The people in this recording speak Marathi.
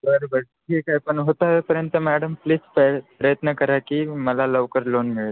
बरं बरं ठीक आहे पण होत आहे तोपर्यंत मॅडम प्लीज प्र प्रयत्न करा की मला लवकर लोन मिळेल